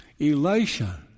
Elisha